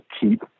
keep